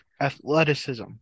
athleticism